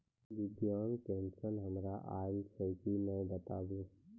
दिव्यांग पेंशन हमर आयल छै कि नैय बताबू?